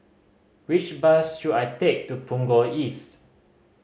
which bus should I take to Punggol East